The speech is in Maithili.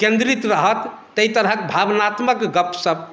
केंद्रित रहत ताहि तरहक भावनात्मक गप सब